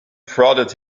prodded